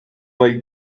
like